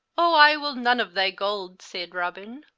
o i will none of thy gold, sayd robin,